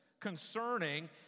concerning